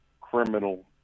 criminal